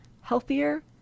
healthier